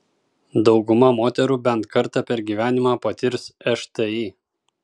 dauguma moterų bent kartą per gyvenimą patirs šti